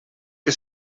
que